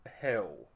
hell